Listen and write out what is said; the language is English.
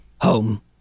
Home